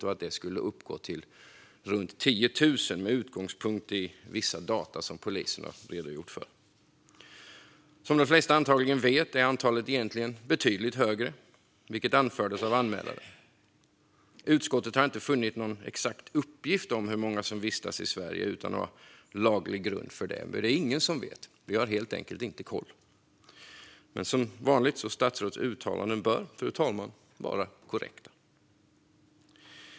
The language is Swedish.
Han menade, med utgångspunkt i vissa data som polisen gett, att det skulle uppgå till runt 10 000. Som de flesta antagligen vet är antalet egentligen betydligt större, vilket anfördes av anmälaren. Utskottet har inte funnit någon exakt uppgift om hur många som vistas i Sverige utan att ha laglig grund för det. Det är det ingen som vet. Vi har helt enkelt inte koll. Men som vanligt, fru talman, bör statsråds uttalanden vara korrekta.